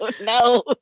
no